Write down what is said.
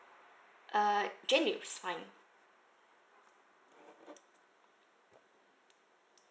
uh jane is fine